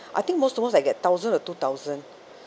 I think most the most I get thousand or two thousand